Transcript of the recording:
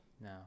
No